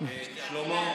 שלמה,